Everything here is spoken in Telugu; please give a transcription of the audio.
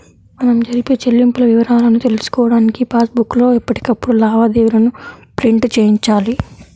మనం జరిపే చెల్లింపుల వివరాలను తెలుసుకోడానికి పాస్ బుక్ లో ఎప్పటికప్పుడు లావాదేవీలను ప్రింట్ చేయించాలి